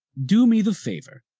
do me the favor,